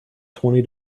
twenty